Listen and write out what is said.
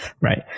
Right